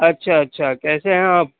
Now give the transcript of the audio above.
اچھا اچھا کیسے ہیں آپ